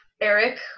Eric